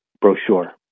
brochure